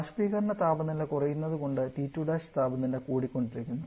ബാഷ്പീകരണ താപനില കുറയുന്നതുകൊണ്ട് T2 താപനില കൂടിക്കൊണ്ടിരിക്കുന്നു